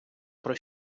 про